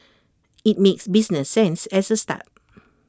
IT makes business sense as A start